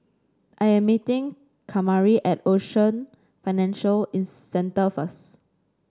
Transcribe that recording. I am meeting Kamari at Ocean Financial in Centre first